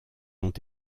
ont